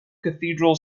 cathedral